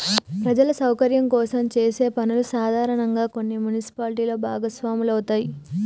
ప్రజల సౌకర్యం కోసం చేసే పనుల్లో సాధారనంగా కొన్ని మున్సిపాలిటీలు భాగస్వాములవుతాయి